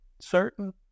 certain